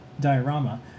diorama